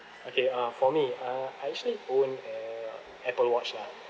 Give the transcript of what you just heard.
okay uh for me uh I actually own a Apple watch lah